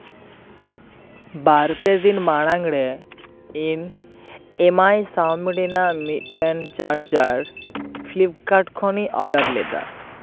ᱵᱟᱨ ᱯᱮ ᱫᱤᱱ ᱢᱟᱲᱟᱝ ᱨᱮ ᱤᱧ ᱮᱢ ᱟᱭ ᱥᱟᱣᱢᱤ ᱨᱮᱱᱟᱜ ᱢᱤᱫᱴᱮᱱ ᱪᱟᱨᱡᱟᱨ ᱯᱷᱤᱞᱤᱯᱠᱟᱨᱴ ᱠᱷᱚᱱᱤᱧ ᱚᱰᱟᱨ ᱞᱮᱫᱟ